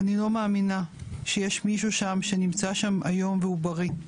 אני לא מאמינה שיש מישהו שם שנמצא שם היום והוא בריא.